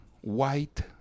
white